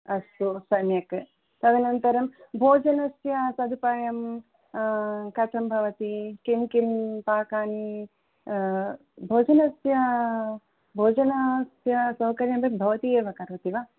अस्तु सम्यक् तदनन्तरं भोजनस्य तदुपायम् कथं भवति किं किं पाकानि भोजनस्य भोजनस्य सौकर्यमपि भवती एव करोति वा